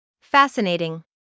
Fascinating